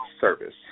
service